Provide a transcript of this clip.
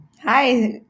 Hi